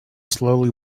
slowly